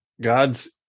God's